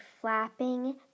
flapping